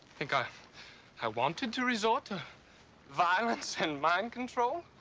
think i i wanted to resort to violence and mind control?